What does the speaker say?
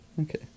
Okay